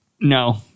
No